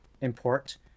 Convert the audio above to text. import